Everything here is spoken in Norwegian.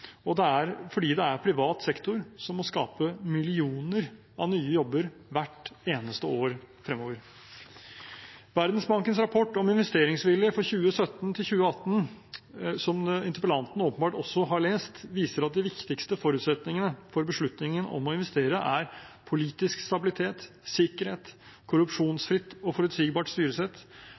det er privat sektor som må skape millioner av nye jobber hvert eneste år fremover. Verdensbankens rapport om investeringsvilje for 2017–2018, som interpellanten åpenbart også har lest, viser at de viktigste forutsetningene for beslutningen om å investere er politisk stabilitet sikkerhet et korrupsjonsfritt og forutsigbart styresett